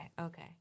Okay